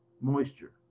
moisture